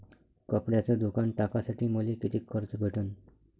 कपड्याचं दुकान टाकासाठी मले कितीक कर्ज भेटन?